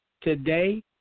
today